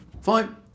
Fine